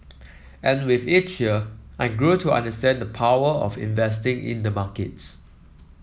and with each year I grew to understand the power of investing in the markets